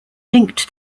linked